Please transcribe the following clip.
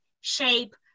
shape